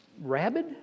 rabid